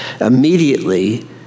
Immediately